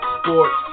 Sports